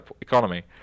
economy